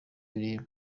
kireba